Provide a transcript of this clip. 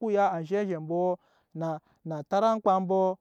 mu ya azhe zhe mbɔ na atat aŋmkpa mbɔ.